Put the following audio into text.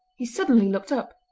he suddenly looked up,